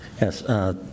Yes